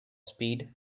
speed